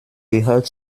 gehört